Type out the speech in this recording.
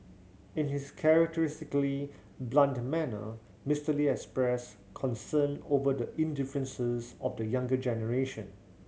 in his characteristically blunt manner Mister Lee expressed concern over the indifference of the younger generation